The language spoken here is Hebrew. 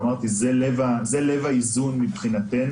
ואמרתי שזה לב האיזון מבחינתנו.